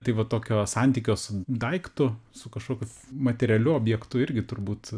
tai va tokio santykio su daiktu su kažkokiu materialiu objektu irgi turbūt